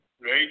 right